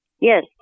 Yes